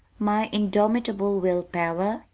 my indomitable will-power?